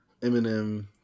Eminem